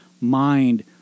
mind